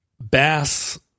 Bass